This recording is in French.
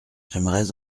j’aimerais